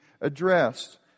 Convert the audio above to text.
addressed